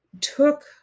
took